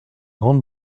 grande